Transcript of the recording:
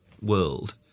world